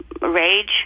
rage